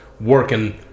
working